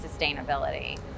sustainability